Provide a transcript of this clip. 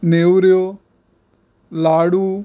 न्हेवऱ्यो लाडू